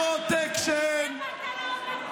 פרוטקשן,